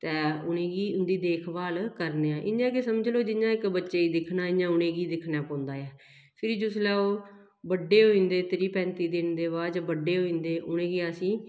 ते उ'नेंगी उं'दी देखभाल करने आं इ'यां गै समझी लैओ जियां इक बच्चे गी दिक्खना इ'यां उ'नेंगी दिक्खना पौंदा ऐ फिर जिसलै ओह् बड्डे होई जंदे ते त्रीह् पैंती दिन ते बाद बड्डे होई जंदे उ'नेंगी असीं